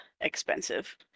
expensive